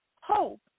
hope